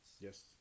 Yes